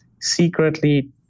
secretly